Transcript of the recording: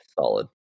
solid